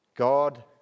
God